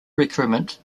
recruitment